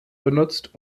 benutzt